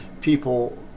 people